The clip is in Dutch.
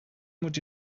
moet